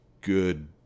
good